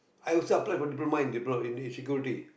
I also applied for Diploma in thi~ in Security